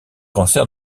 cancer